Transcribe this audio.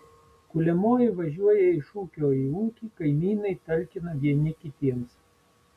kuliamoji važiuoja iš ūkio į ūkį kaimynai talkina vieni kitiems